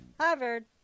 Harvard